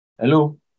Hello